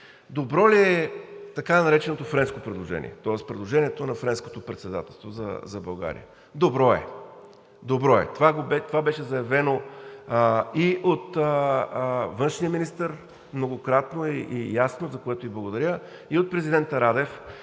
Добро ли е така нареченото френско предложение, тоест предложението на Френското председателство, за България? Добро е, добро е! Това беше заявено и от външния министър многократно и ясно, за което ѝ благодаря, и от президента Радев,